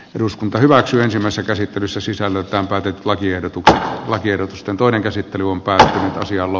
eduskunta hyväksyi ensimmäisen käsittelyssä sisällöltään päädyt lakiehdotukset ovat tiedot on toinen käsittely on päästä asialla